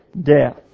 death